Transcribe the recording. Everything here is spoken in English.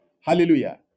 Hallelujah